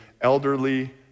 elderly